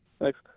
Thanks